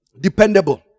Dependable